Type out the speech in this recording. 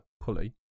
pulley